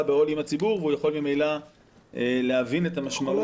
בעול עם הציבור ויכול ממילא להבין את המשמעות.